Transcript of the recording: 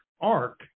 ARC